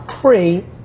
free